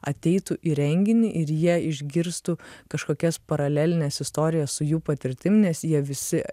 ateitų į renginį ir jie išgirstų kažkokias paralelines istorijas su jų patirtim nes jie visi